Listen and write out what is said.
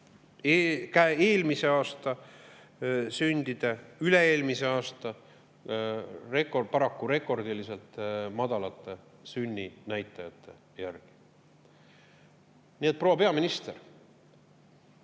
eelmise aasta sündide ja üle-eelmise aasta paraku rekordiliselt madalate sünninäitajate järgi. Nii et, proua peaminister,